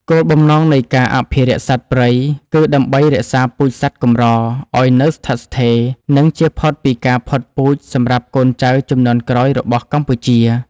គោលបំណងនៃការអភិរក្សសត្វព្រៃគឺដើម្បីរក្សាពូជសត្វកម្រឱ្យនៅស្ថិតស្ថេរ និងជៀសផុតពីការផុតពូជសម្រាប់កូនចៅជំនាន់ក្រោយរបស់កម្ពុជា។